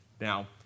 Now